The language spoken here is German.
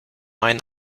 einen